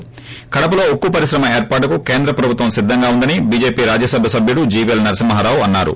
ి కడపలో ఉక్కు పరిశ్రమ ఏర్పాటుకు కేంద్రం ప్రభుత్వం సిద్దంగా ఉందని బీజేపీ రాజ్యసభ సభ్యుడు జీవీఎల్ నరసింహారావు అన్నారు